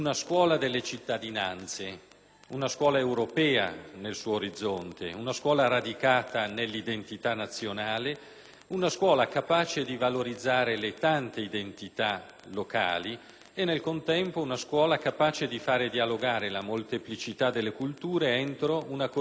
una scuola europea nel suo orizzonte, una scuola radicata nell'identità nazionale, una scuola capace di valorizzare le tante identità locali e, nel contempo, una scuola capace di far dialogare la molteplicità delle culture entro una cornice di valori condivisi.